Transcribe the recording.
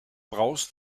brauchst